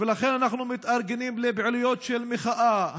ולכן אנחנו מתארגנים לפעילויות מחאה,